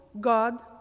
God